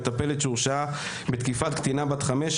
על מטפלת שהורשעה בתקיפת קטינה בת חמש,